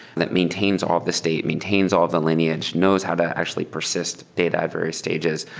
that maintains all of the state, maintains all of the lineage. knows how to actually persist data at various stages.